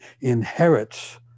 inherits